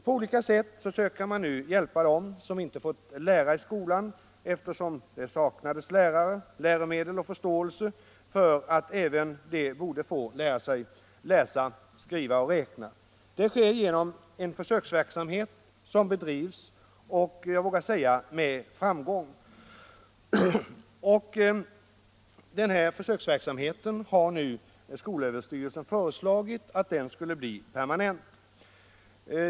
På olika sätt försöker man nu hjälpa de utvecklingsstörda, som inte fått lära i skolan, eftersom det saknades lärare, läromedel och förståelse för att även de borde få lära sig att läsa, skriva och räkna. Det sker genom en försöksverksamhet som jag vågar säga bedrivs med framgång. Skolöverstyrelsen har nu föreslagit att försöksverksamheten skulle bli permanent.